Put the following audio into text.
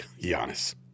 Giannis